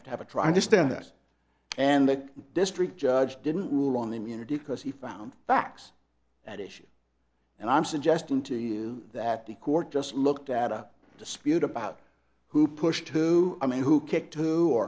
have to have a trying to stand us and the district judge didn't rule on immunity because he found facts at issue and i'm suggesting to you that the court just looked at a dispute about who pushed who i mean who kick